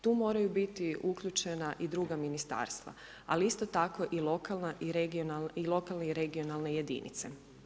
Tu moraju biti uključena i druga ministarstva, ali isto tako i lokalne i regionalne jedinice.